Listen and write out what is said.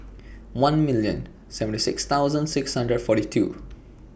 one million seventy six thousand six hundred forty two